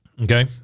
okay